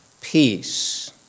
peace